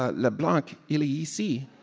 le blanc, il ici.